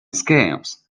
scams